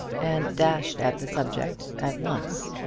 and dashed at the subject at once.